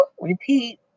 Repeat